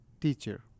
teacher